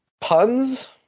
puns